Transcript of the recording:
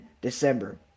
December